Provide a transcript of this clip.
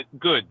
good